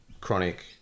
chronic